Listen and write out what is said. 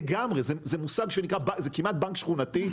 זה כמעט בנק שכונתי,